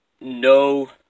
No